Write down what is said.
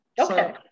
Okay